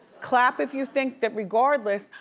clap if you think that, regardless,